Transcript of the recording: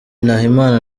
nahimana